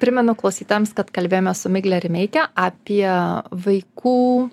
primenu klausytojams kad kalbėjome su migle rimeike apie vaikų